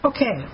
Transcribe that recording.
Okay